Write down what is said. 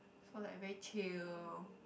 so like very chill